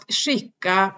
skicka